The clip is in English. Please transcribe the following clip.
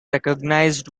recognised